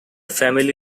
family